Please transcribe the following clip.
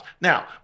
now